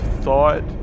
thought